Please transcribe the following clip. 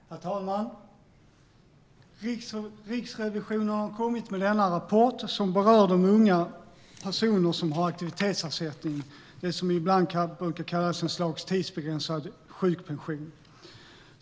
Herr talman! Riksrevisionen har kommit med denna rapport som berör de unga personer som har aktivitetsersättning, det som ibland brukar kallas ett slags tidsbegränsad sjukpension.